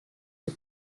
you